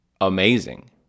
amazing